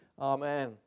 amen